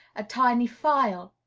a tiny file,